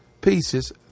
pieces